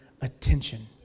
attention